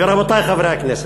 ו"רבותי חברי הכנסת".